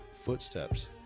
footsteps